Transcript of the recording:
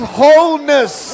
wholeness